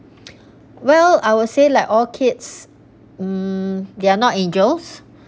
well I will say like all kids mm they're not angels